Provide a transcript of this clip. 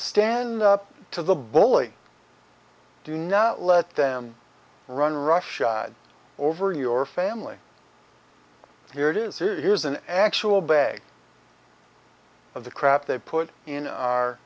stand up to the bully do not let them run roughshod over your family here it is here is an actual bag of the crap they put in